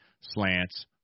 Slants